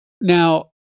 Now